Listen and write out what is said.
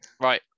Right